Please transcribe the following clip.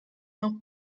not